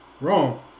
Wrong